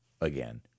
again